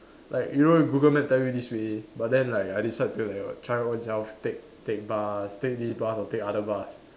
like you know Google map tell you this way but then like I decide to like try own self take take bus take this bus or take other bus